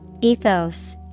Ethos